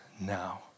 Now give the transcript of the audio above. now